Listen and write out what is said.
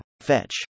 Fetch